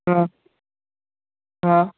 ہاں ہاں